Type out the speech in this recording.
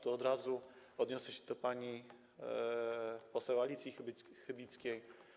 Tu od razu odniosę się do pani poseł Alicji Chybickiej.